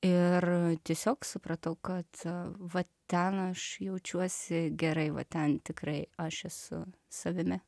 ir tiesiog supratau kad va ten aš jaučiuosi gerai va ten tikrai aš esu savimi